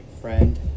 friend